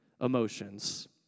emotions